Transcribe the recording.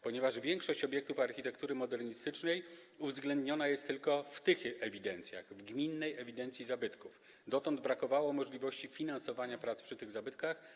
Ponieważ większość obiektów architektury modernistycznej uwzględniona jest tylko w tych ewidencjach, w gminnej ewidencji zabytków, brakowało dotąd możliwości finansowania prac prowadzonych przy tych zabytkach.